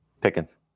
Pickens